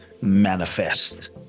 manifest